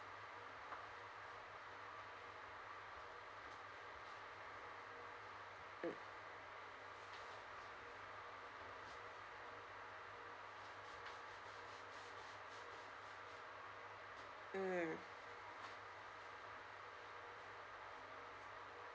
mm mm